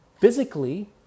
physically